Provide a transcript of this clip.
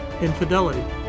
infidelity